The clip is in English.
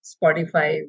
Spotify